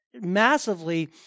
massively